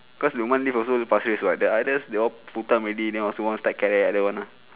cause lukman live also pasir ris [what] the others they all full time already then want also want step kerek don't want ah